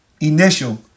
initial